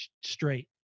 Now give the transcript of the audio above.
straight